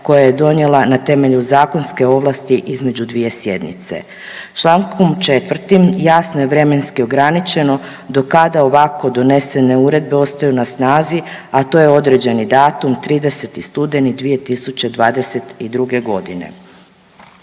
koje je donijela na temelju zakonske ovlasti između dvije sjednice. Člankom 4. jasno je vremenski ograničeno do kada ovako donesene uredbe ostaju na snazi, a to je određeni datum 30. studeni 2022.g.